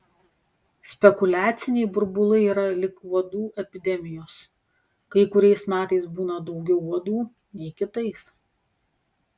spekuliaciniai burbulai yra lyg uodų epidemijos kai kuriais metais būna daugiau uodų nei kitais